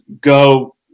go